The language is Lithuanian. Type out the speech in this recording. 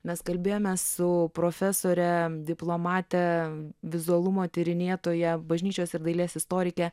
mes kalbėjome su profesore diplomate vizualumo tyrinėtoja bažnyčios ir dailės istorike